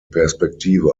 perspektive